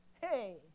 hey